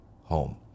home